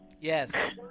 Yes